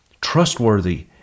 trustworthy